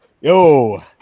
Yo